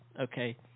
okay